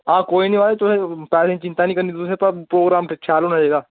हां कोई निं माराज तुसें पैसें दी चैंता निं करनी तुसें थुआढ़ा प प्रोग्राम शैल होना चाहिदा